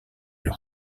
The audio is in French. leur